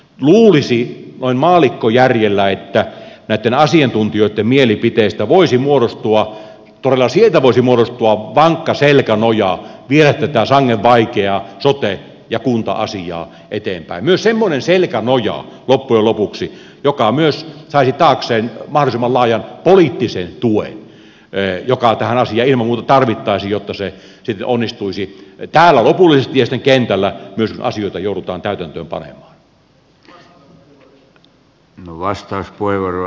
luulisi noin maallikkojärjellä että näitten asiantuntijoitten mielipiteistä voisi todella muodostua vankka selkänoja viedä tätä sangen vaikeaa sote ja kunta asiaa eteenpäin myös semmoinen selkänoja loppujen lopuksi joka myös saisi taakseen mahdollisimman laajan poliittisen tuen joka tähän asiaan ilman muuta tarvittaisiin jotta se onnistuisi täällä lopullisesti ja sitten kentällä myös kun asioita joudutaan täytäntöön panemaan